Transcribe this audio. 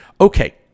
Okay